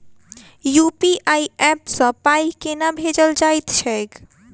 UPI app सँ पाई केना भेजल जाइत छैक?